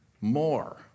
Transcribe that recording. more